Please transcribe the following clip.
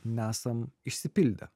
nesam išsipildę